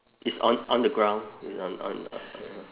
is on on the ground is on on on on